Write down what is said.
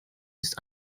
ist